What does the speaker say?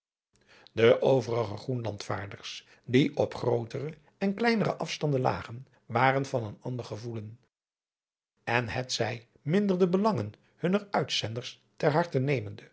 de overige groenlandsvaarders die op grootere en kleinere afstanden lagen waren van een ander gevoelen en het zij minder de belangen hunner uitzenders ter harte nemende